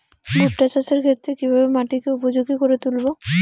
ভুট্টা চাষের ক্ষেত্রে কিভাবে মাটিকে উপযোগী করে তুলবো?